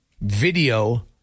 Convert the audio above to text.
video